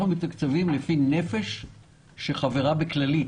אנחנו מתוקצבים לפי נפש שחברה בכללית.